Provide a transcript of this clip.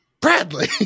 bradley